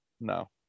No